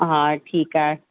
हा ठीकु आहे